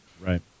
Right